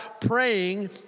praying